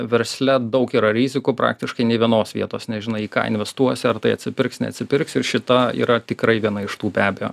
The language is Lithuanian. versle daug yra rizikų praktiškai nė vienos vietos nežinai į ką investuosi ar tai atsipirks neatsipirks ir šita yra tikrai viena iš tų be abejo